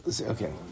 Okay